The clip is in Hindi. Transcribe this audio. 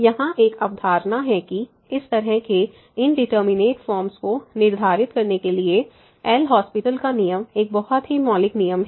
यहां एक अवधारणा है कि इस तरह के इंडिटरमिनेट फॉर्म्स को निर्धारित करने के लिए एल हास्पिटल LHospital का नियम एक बहुत ही मौलिक नियम है